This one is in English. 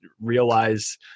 realize